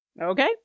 Okay